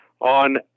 on